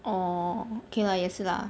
orh okay lah 也是 lah